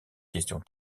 questions